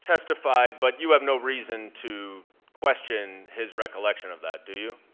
testified but, you have no reason to question his recollection of that do you?